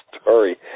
story